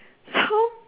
how